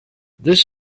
this